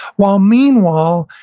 while meanwhile,